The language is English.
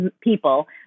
people